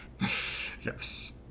yes